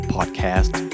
Podcast